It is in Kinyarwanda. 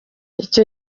icyo